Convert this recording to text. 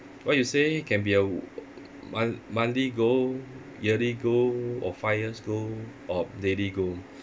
what you say can be a mon~ monthly goal yearly goal or five years goal or daily goal